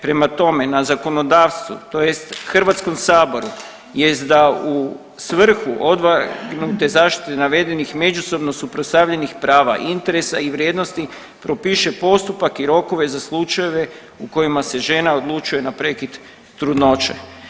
Prema tome, na zakonodavstvu tj. HS-u jest da u svrhu odvagnute zaštite navedenih međusobno suprotstavljenih prava i interesa i vrijednosti propiše postupak i rokove za slučajeve u kojima se žena odlučuje na prekid trudnoće.